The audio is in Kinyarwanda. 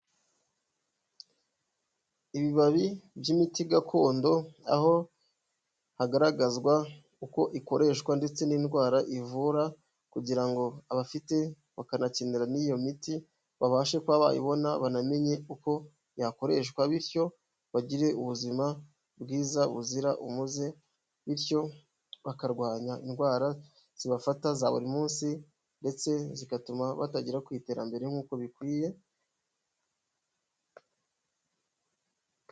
Ibibabi by'imiti gakondo aho hagaragazwa uko ikoreshwa ndetse n'indwara ivura kugira ngo abafite bakanakenera n'iyo miti babashe kuba bayibona banamenye uko yakoreshwa bityo bagire ubuzima bwiza buzira umuze bityo, bakarwanya indwara zibafata za buri munsi ndetse zigatuma batagera ku iterambere nk'uko bikwiye.